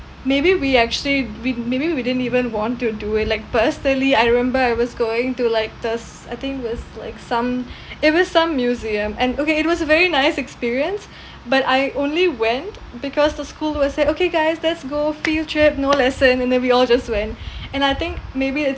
maybe we actually we maybe we didn't even want to do it like personally I remember I was going to like tus I think it was like some it was some museum and okay it was a very nice experience but I only went because the school will say okay guys let's go field trip no lesson and then we all just went and I think maybe it